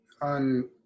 on